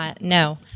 No